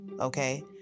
Okay